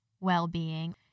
well-being